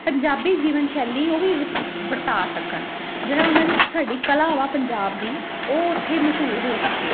ਪੰਜਾਬੀ ਜੀਵਨ ਸ਼ੈਲੀ ਉਹ ਵੀ ਵਰਤਾਅ ਸਕਣ ਜਿਹੜਾ ਉਹਨਾਂ ਦੀ ਸਾਡੀ ਕਲਾ ਵਾ ਪੰਜਾਬ ਦੀ ਉਹ ਉੱਥੇ ਮਸ਼ਹੂਰ ਹੋ ਸਕੇ